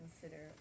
consider